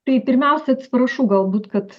tai pirmiausia atsiprašau galbūt kad